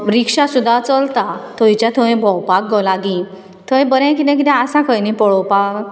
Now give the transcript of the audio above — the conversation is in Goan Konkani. रिक्षा सुद्दां चलता थंयच्या थंय भोंवपाक गो लागीं थंय बरें कितें कितें आसा खंय न्ही पळोवपाक